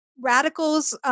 radicals